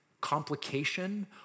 complication